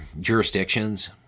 jurisdictions